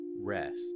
rest